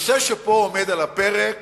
הנושא שפה עומד על הפרק